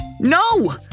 No